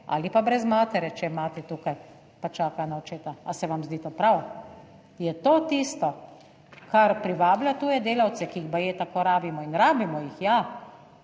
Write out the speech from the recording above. ali pa brez matere, če je mati tukaj, pa čakajo na očeta. Ali se vam zdi to prav? Je to tisto, kar privablja tuje delavce, ki jih baje tako rabimo? In rabimo jih, ja.